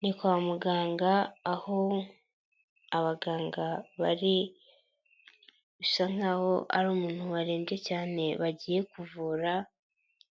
Ni kwa muganga aho abaganga bari, bisa nk'aho ari umuntu warembye cyane bagiye kuvura,